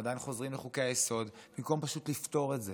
עדיין חוזרים לחוקי-היסוד במקום פשוט לפתור את זה.